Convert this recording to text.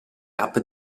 cup